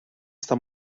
està